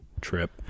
trip